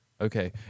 Okay